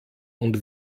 und